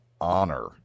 honor